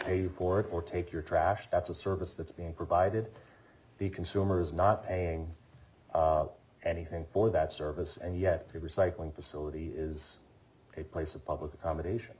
pay for or take your trash that's a service that's being provided the consumer is not paying anything for that service and yet the recycling facility is a place of public accommodation